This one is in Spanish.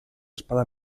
espada